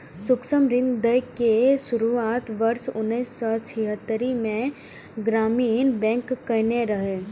सूक्ष्म ऋण दै के शुरुआत वर्ष उन्नैस सय छिहत्तरि मे ग्रामीण बैंक कयने रहै